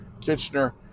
Kitchener